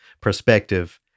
perspective